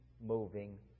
moving